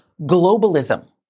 globalism